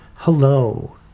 Hello